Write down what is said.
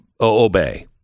obey